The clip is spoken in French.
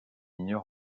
ignore